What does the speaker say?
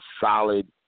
solid